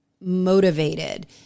motivated